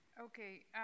Okay